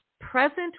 present